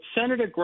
Senator